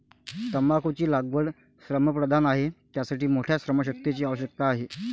तंबाखूची लागवड श्रमप्रधान आहे, त्यासाठी मोठ्या श्रमशक्तीची आवश्यकता आहे